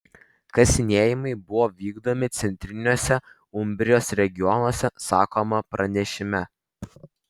kasinėjimai buvo vykdomi centriniuose umbrijos regionuose sakoma pranešime